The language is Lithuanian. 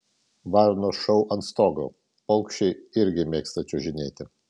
varnos šou ant stogo paukščiai irgi mėgsta čiuožinėti